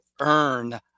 earn